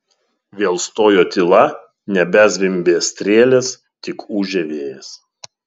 vėl stojo tyla nebezvimbė strėlės tik ūžė vėjas